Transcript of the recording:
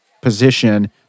position